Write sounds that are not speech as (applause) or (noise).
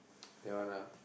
(noise) that one ah